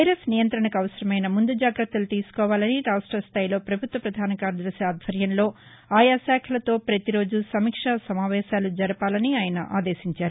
virus నియంత్రణకు అవసరమైన ముందు జాగ్రత్తలు తీసుకోవాలని రాష్ట స్థాయిలో పభుత్వ ప్రధాన కార్యదర్భి ఆధ్వర్యంలో ఆయా శాఖలతో ప్రతి రోజూ సమీక్షా సమావేశాలు జరపాలని ఆయన ఆదేశించారు